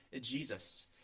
Jesus